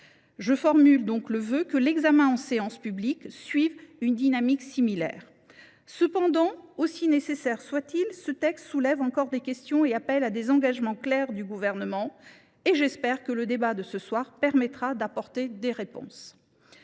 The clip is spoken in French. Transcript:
Je forme donc le vœu que l’examen en séance publique suive une dynamique similaire. Pour autant, aussi nécessaire soit il, ce texte soulève encore des questions et appelle des engagements clairs du Gouvernement. J’espère que le débat de ce soir permettra d’apporter des réponses.